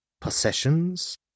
possessions